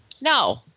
No